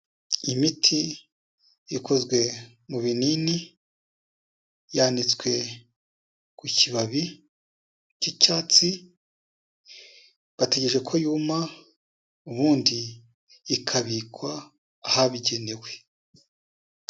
Imiti ikozwe mu binini yanitswe ku kibabi cy'icyatsi, bategereje ko yuma ubundi ikabikwa ahabigenewe.